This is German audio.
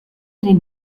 den